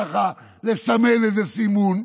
ככה לסמן איזה סימון.